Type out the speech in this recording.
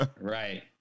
Right